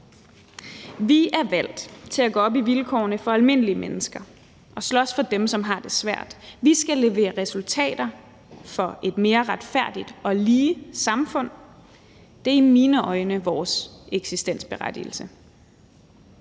Vi er valgt til at gå op i vilkårene for almindelige mennesker og slås for dem, som har det svært; vi skal levere resultater for et mere retfærdigt og lige samfund. Det er i mine øjne vores eksistensberettigelse.